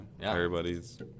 Everybody's